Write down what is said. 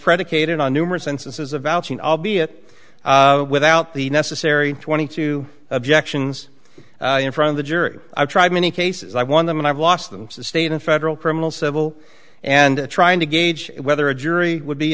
predicated on numerous instances of vouching albeit without the necessary twenty two objections in front of the jury i've tried many cases i won them and i've lost them to state and federal criminal civil and trying to gauge whether a jury would be